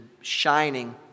shining